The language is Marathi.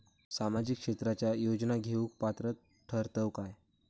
सामाजिक क्षेत्राच्या योजना घेवुक पात्र ठरतव काय?